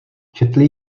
četli